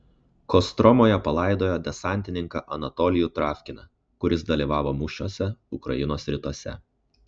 kostromoje palaidojo desantininką anatolijų travkiną kuris dalyvavo mūšiuose ukrainos rytuose